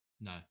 no